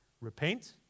Repent